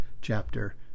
chapter